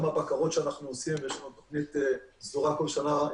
גם הבקרות שאנחנו עושים ויש לנו תוכנית סדורה כל שנה,